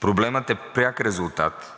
Проблемът е пряк резултат